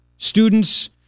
Students